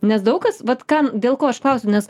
nes daug kas vat ką dėl ko aš klausiu nes